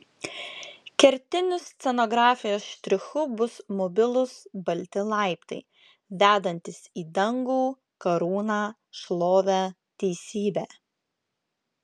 kertiniu scenografijos štrichu bus mobilūs balti laiptai vedantys į dangų karūną šlovę teisybę